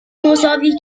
مساوی